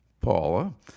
Paula